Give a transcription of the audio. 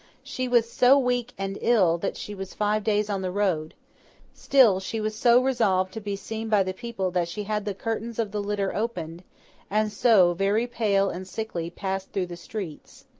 she was so weak and ill, that she was five days on the road still, she was so resolved to be seen by the people that she had the curtains of the litter opened and so, very pale and sickly, passed through the streets.